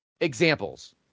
examples